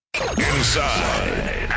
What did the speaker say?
Inside